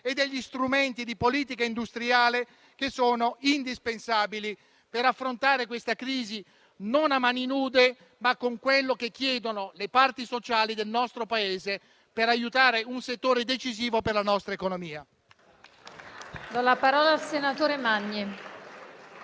e degli strumenti di politica industriale che sono indispensabili per affrontare questa crisi non a mani nude, ma con quello che chiedono le parti sociali del nostro Paese per aiutare un settore decisivo per la nostra economia.